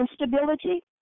instability